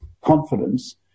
confidence